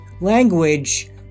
language